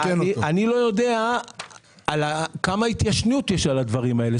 לא יודע כמה התיישנות יש על הדברים האלה.